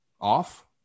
off